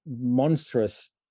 monstrous